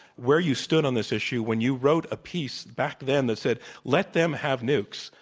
where you stood on this issue, when you wrote a piece back then that said let them have nukes,